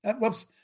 Whoops